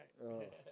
right